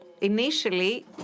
initially